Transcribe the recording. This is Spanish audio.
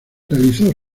realizó